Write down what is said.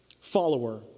follower